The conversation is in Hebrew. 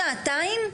שעתיים,